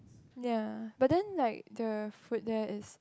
ya but then like the food there is